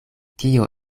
kio